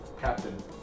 captain